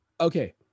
okay